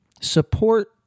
support